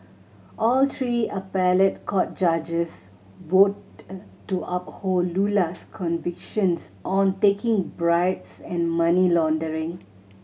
all three appellate court judges to uphold Lula's convictions on taking bribes and money laundering